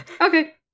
Okay